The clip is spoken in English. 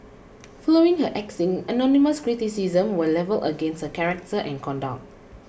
following her axing anonymous criticisms were levelled against her character and conduct